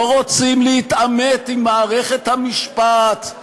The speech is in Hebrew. לא רוצים להתעמת עם מערכת המשפט.